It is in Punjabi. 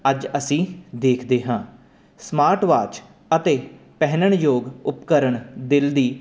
ਅੱਜ ਅਸੀਂ ਦੇਖਦੇ ਹਾਂ ਸਮਾਰਟ ਵਾਚ ਅਤੇ ਪਹਿਨਣ ਯੋਗ ਉਪਕਰਨ ਦਿਲ ਦੀ